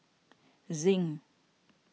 Zinc